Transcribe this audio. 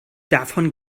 davon